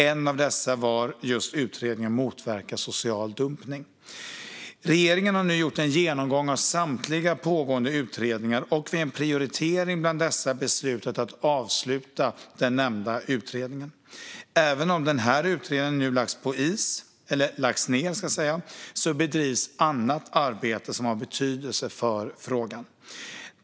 En av dessa var utredningen Motverka social dumpning . Regeringen har nu gjort en genomgång av samtliga pågående utredningar och vid en prioritering bland dessa beslutat att avsluta den nämnda utredningen. Även om denna utredning har lagts ned bedrivs annat arbete som har betydelse för frågan.